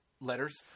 letters